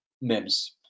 Mims